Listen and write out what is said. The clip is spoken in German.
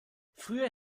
früher